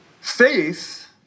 Faith